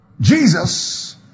Jesus